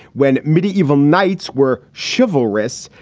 when medieval knights were chivalrous,